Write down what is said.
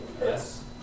yes